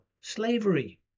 Slavery